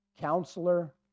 Counselor